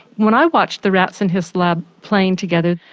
when i watched the rats in his lab playing together,